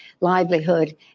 livelihood